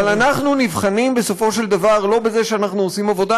אבל אנחנו נבחנים בסופו של דבר לא בזה שאנחנו עושים עבודה,